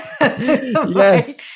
Yes